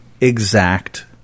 exact